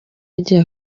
yagiye